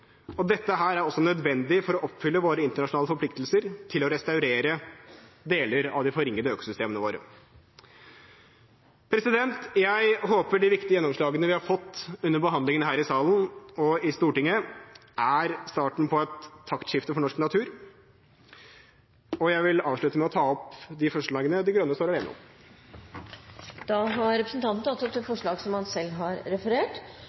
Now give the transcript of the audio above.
Dette er også nødvendig for å oppfylle våre internasjonale forpliktelser om å restaurere deler av de forringede økosystemene våre. Jeg håper de viktige gjennomslagene vi har fått under behandlingen i Stortinget, er starten på et taktskifte for norsk natur, og jeg vil avslutte med å ta opp de forslagene Miljøpartiet De Grønne står alene om. Representanten Knut Falk Qvigstad har tatt opp de forslagene han refererte til. Det